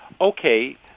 Okay